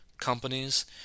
companies